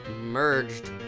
merged